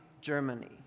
Germany